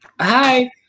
Hi